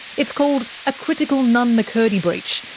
it's called a critical nunn-mccurdy breach,